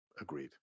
Agreed